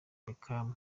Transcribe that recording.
beckham